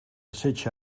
setge